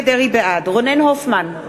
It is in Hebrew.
בעד רונן הופמן,